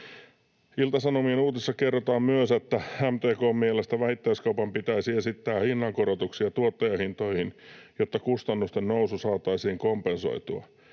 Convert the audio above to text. Ilta-Sanomien uutisissa kerrotaan myös, että MTK:n mielestä vähittäiskaupan pitäisi esittää hinnankorotuksia tuottajahintoihin, jotta kustannusten nousu saataisiin kompensoitua.